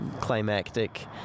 climactic